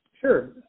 Sure